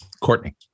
Courtney